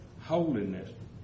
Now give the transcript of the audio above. holiness